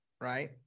right